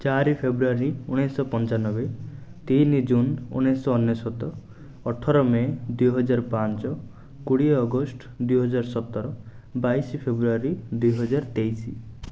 ଚାରି ଫ୍ରେବୃଆରୀ ଉଣେଇଶହ ପଞ୍ଚାନବେ ତିନି ଜୁନ୍ ଉଣେଇଶହ ଅନେଶତ ଅଠର ମେ' ଦୁଇ ହଜାର ପାଞ୍ଚ କୋଡ଼ିଏ ଅଗଷ୍ଟ ଦୁଇ ହାଜର ସତର ବାଇଶ ଫ୍ରେବୃଆରି ଦୁଇ ହାଜର ତେଇଶ